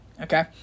okay